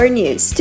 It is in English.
news